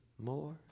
more